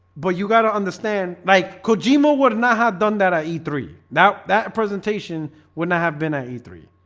but you got to understand like kojima would not have done that at e three now that presentation wouldn't have been at e three,